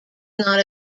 not